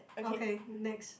okay next